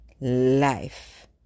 Life